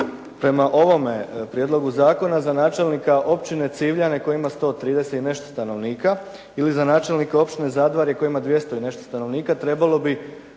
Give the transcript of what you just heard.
Prema ovome prijedlogu zakona za načelnika Općine Civljane koja ima sto trideset i nešto stanovnika ili za načelnika Općine Zadvarje koje ima dvjesto i nešto stanovnika trebalo bi